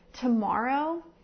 tomorrow